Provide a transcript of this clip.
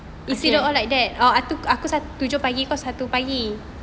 okay oh aku satu tujuh pagi kau satu pagi